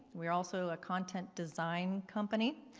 we're also a content design company.